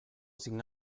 sin